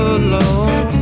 alone